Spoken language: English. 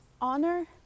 honor